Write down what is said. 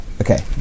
Okay